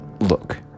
Look